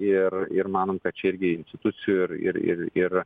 ir ir manom kad čia irgi institucijų ir ir ir ir ir